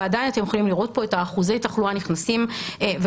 ועדיין אתם יכולים לראות פה את אחוזי התחלואה הנכנסים וגם